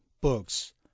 books